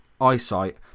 eyesight